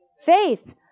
Faith